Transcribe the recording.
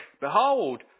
behold